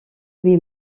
lui